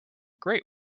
great